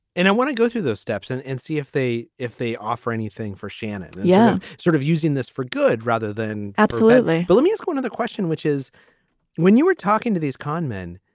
and i want to go through those steps and and see if they if they offer anything for shannon. yeah, sort of using this for good rather than. absolutely. but let me ask one other question, which is when you were talking to these con men.